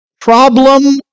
problem